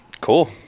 Cool